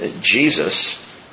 Jesus